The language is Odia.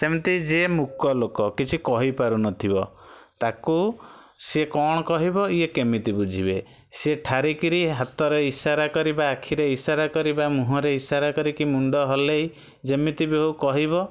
ସେମତି ଯିଏ ମୁକ ଲୋକ କିଛି କହିପାରୁନଥିବ ତାକୁ ସିଏ କ'ଣ କହିବ ଇଏ କେମିତି ବୁଝିବେ ସେ ଠାରିକିରି ହାତରେ ଇସାରା କରିବା ଆଖିରେ ଇସାରା କରିବା ମୁହଁରେ ଇସାରା କରିକି ମୁଣ୍ଡ ହଲାଇ ଯେମିତି ବି ହଉ କହିବ